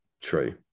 True